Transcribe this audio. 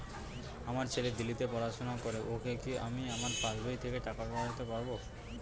আমার ছেলে দিল্লীতে পড়াশোনা করে ওকে কি আমি আমার পাসবই থেকে টাকা পাঠাতে পারব?